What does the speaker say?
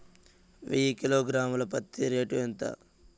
వెయ్యి కిలోగ్రాము ల పత్తి రేటు ఎంత?